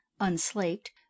unslaked